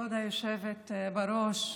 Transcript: כבוד היושבת בראש,